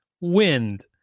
wind